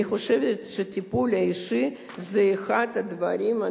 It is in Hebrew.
אני חושבת שטיפול אישי זה אחד הדברים,